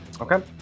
Okay